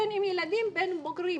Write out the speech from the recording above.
בין אם ילדים ובין אם בוגרים,